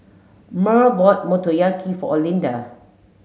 Murl bought Motoyaki for Olinda